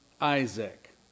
Isaac